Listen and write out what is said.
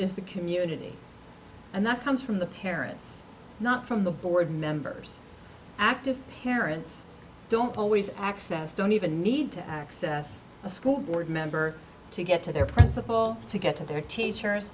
is the community and that comes from the parents not from the board members active parents don't always access don't even need to access a school board member to get to their principal to get to their teachers